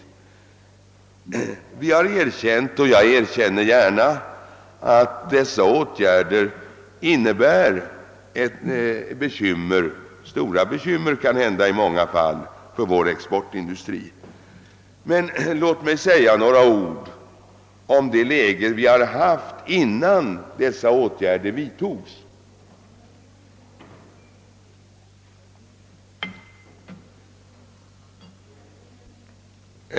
sn Vi har erkänt och jag erkänner gärna a en gång att dessa åtgärder medför >ekymmer — i många fall stora be kymmer — för vår exportindustri. Men låt mig säga något om det läge vi har haft innan dessa åtgärder vidtogs.